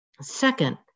Second